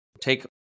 take